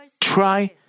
try